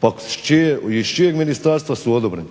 pa iz čijeg ministarstva su odobreni.